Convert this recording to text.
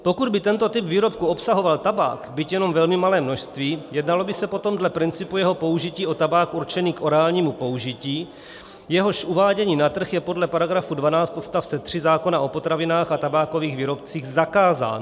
Pokud by tento typ výrobku obsahoval tabák, byť jenom velmi malé množství, jednalo by se potom dle principu jeho použití o tabák určený k orálnímu použití, jehož uvádění na trh je podle § 12 odst. 3 zákona o potravinách a tabákových výrobcích zakázáno.